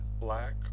black